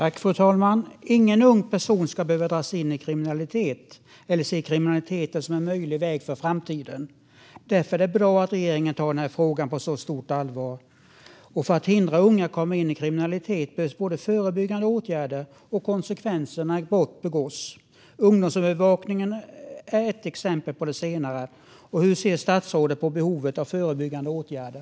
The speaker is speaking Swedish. Fru talman! Ingen ung person ska behöva dras in i kriminalitet eller se kriminaliteten som en möjlig väg i framtiden. Därför är det bra att regeringen tar frågan på stort allvar. För att hindra unga att komma in i kriminalitet behövs både förebyggande åtgärder och konsekvenser när brott begås. Ungdomsövervakningen är ett exempel på det senare. Hur ser statsrådet på behovet av förebyggande åtgärder?